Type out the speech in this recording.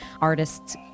artists